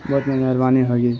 بہت مہربانی ہوگی